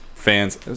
fans